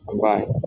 Bye